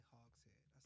Hogshead